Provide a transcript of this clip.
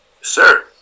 Sir